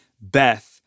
Beth